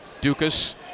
Dukas